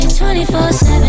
24-7